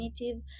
native